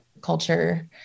culture